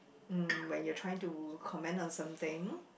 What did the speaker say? mm when you're trying to comment on something